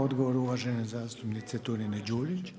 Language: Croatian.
Odgovor uvažene zastupnice Turine Đurić.